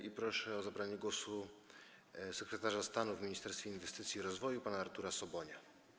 I proszę o zabranie głosu sekretarza stanu w Ministerstwie Inwestycji i Rozwoju pana Artura Sobonia.